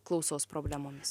klausos problemomis